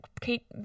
Kate